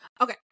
okay